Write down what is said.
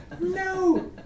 No